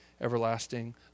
everlasting